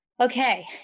Okay